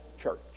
church